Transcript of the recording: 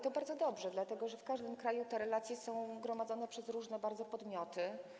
To bardzo dobrze, dlatego że w każdym kraju te relacje są gromadzone przez bardzo różne podmioty.